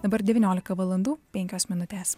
dabar devyniolika valandų penkios minutes